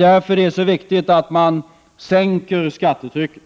Därför är det så viktigt att sänka skattetrycket